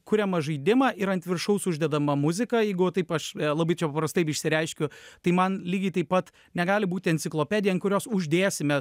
kuriamą žaidimą ir ant viršaus uždedama muzika jeigu taip aš labai čia prastai išsireiškiu tai man lygiai taip pat negali būti enciklopedija ant kurios uždėsime